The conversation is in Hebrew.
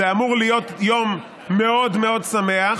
זה אמור להיות יום מאוד מאוד שמח,